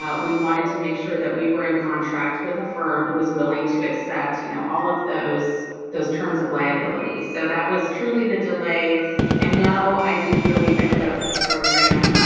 ah we wanted to make sure that we were in contract with a firm was willing to accept you know all of those those terms of liabilities so that was truly the delay and now i do feel we've ended up with a program, and